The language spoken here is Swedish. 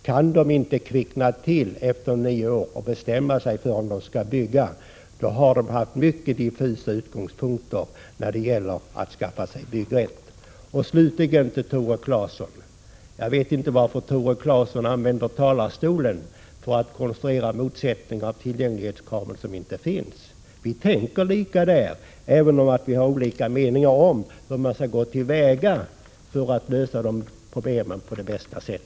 Kan människor inte kvickna till efter nio år och bestämma sig för om de skall bygga har de haft mycket diffusa utgångspunkter när det gäller att skaffa sig byggrätt. Slutligen: Jag vet inte varför Tore Claeson använder talarstolen till att konstruera motsättningar som inte finns om tillgänglighetskraven. Vi tänker lika på den här punkten även om vi har olika meningar om hur man skall gå till väga för att lösa det hela på bästa sätt.